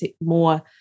more